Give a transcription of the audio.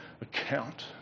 account